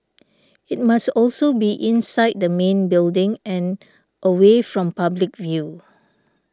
it must also be inside the main building and away from public view